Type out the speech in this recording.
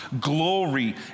glory